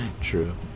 True